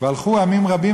והלכו עמים רבים,